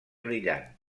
brillant